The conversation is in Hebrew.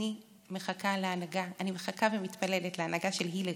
אני מחכה ומתפללת להנהגה של הילרים.